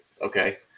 Okay